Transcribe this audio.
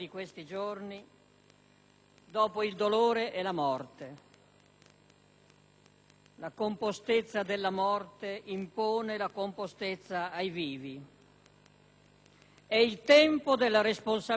La compostezza della morte impone la compostezza ai vivi. È il tempo della responsabilità del Parlamento e i testi oggi al nostro esame ne sono espressione,